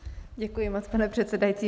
Děkuji, pane předsedající.